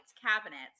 cabinets